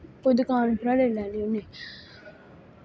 कोई दुकान उप्परा ले लैने होन्ने